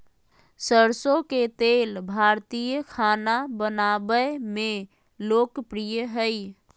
सरसो के तेल भारतीय खाना बनावय मे लोकप्रिय हइ